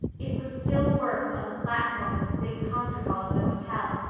it was still worse on the platform of the big concert hall of the hotel,